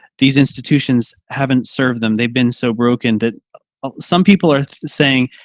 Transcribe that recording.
these institutions haven't served them. they've been so broken that some people are saying,